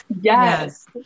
Yes